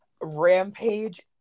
Rampage